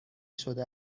شده